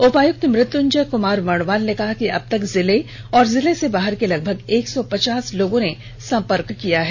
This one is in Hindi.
उपायुक्त मृत्युंजय क्मार बर्णवाल ने कहा कि अबतक जिले और जिले से बाहर के लगभग एक सौ पचास लोगों ने संपर्क किया है